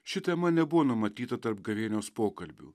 ši tema nebuvo numatyta tarp gavėnios pokalbių